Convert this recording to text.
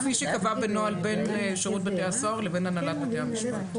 כפי שייקבע בנוהל בין שירות בתי הסוהר לבין הנהלת בתי המשפט.